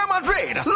Madrid